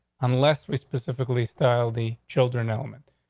unless we specifically style the children element,